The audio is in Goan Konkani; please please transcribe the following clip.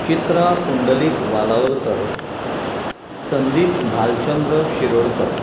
चित्रा पुंडलीक वालावलकर संदीप बालचंद्र शिरोडकर